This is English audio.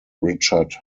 richard